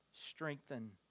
strengthen